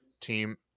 team